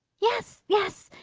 yes, yes,